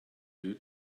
you